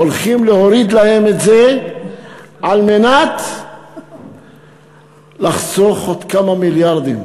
הולכים להוריד להם את זה על מנת לחסוך עוד כמה מיליארדים.